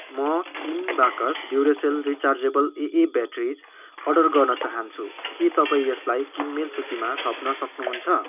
म तिन बाकस Duracell rechargeable AA batteries order गर्न चाहन्छु के तपाईँ यसलाई किनमेल सूचीमा थप्न सक्नुहुन्छ